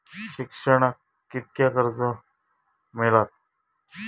शिक्षणाक कीतक्या कर्ज मिलात?